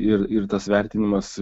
ir ir tas vertinimas